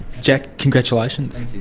jack, congratulations.